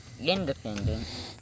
Independent